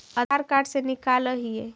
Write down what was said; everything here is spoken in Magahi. आधार कार्ड से निकाल हिऐ?